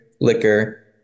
liquor